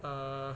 uh